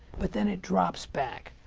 but, then, it drops back.